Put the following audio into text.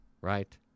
Right